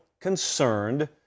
concerned